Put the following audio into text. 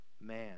man